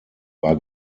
war